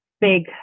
big